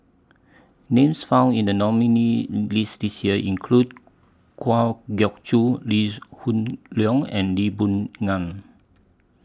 Names found in The nominees' list This Year include Kwa Geok Choo Lee Hoon Leong and Lee Boon Ngan